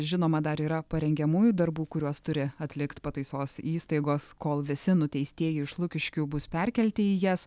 žinoma dar yra parengiamųjų darbų kuriuos turi atlikt pataisos įstaigos kol visi nuteistieji iš lukiškių bus perkelti į jas